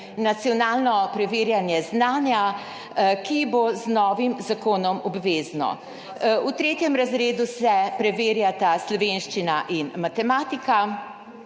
nacionalno preverjanje znanja, ki bo z novim zakonom obvezno. V 3. razredu se preverjata slovenščina in matematika.